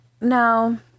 no